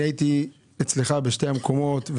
אני הייתי אצלך בשני המקומות.